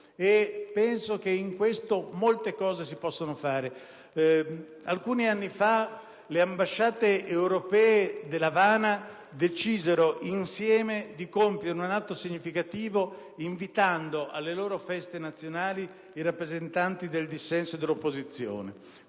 Ritengo che in tale contesto si possa fare molto. Alcuni anni fa le ambasciate europee dell'Avana decisero insieme di compiere un atto significativo, invitando alle loro feste nazionali i rappresentanti del dissenso e dell'opposizione.